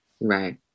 Right